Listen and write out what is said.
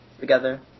Together